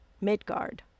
Midgard